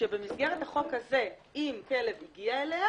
שבמסגרת החוק הזה, אם כלב הגיע אליה